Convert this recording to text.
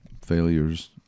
Failures